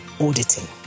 auditing